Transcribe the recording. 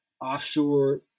offshore